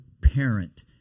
parent